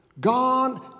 God